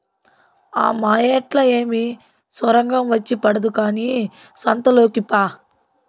ఆ మాయేట్లా ఏమి సొరంగం వచ్చి పడదు కానీ సంతలోకి పా